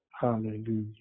Hallelujah